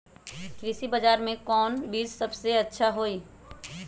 कृषि बजार में कौन चीज सबसे अच्छा होई?